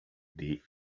dvd